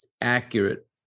accurate